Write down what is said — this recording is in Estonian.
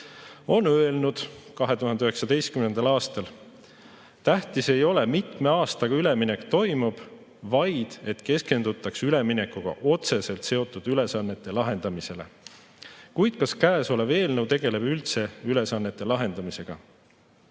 on öelnud 2019. aastal: "Tähtis ei ole, mitme aastaga üleminek toimub, vaid et keskendutaks üleminekuga otseselt seotud ülesannete lahendamisele." Kuid kas käesolev eelnõu tegeleb üldse ülesannete lahendamisega? Kui